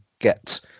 get